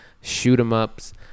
shoot-em-ups